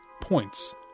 Points